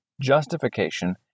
justification